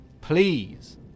Please